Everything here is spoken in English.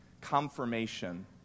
confirmation